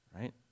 Right